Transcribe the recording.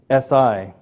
SI